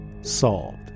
Solved